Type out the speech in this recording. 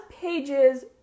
pages